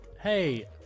Hey